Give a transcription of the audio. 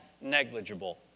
negligible